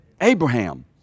Abraham